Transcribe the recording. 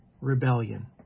Rebellion